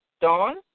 Dawn